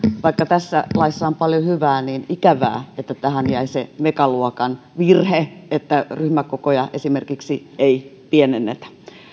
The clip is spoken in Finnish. vaikka tässä laissa on paljon hyvää niin on ikävää että tähän jäi se megaluokan virhe että esimerkiksi ryhmäkokoja ei pienennetä